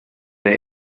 der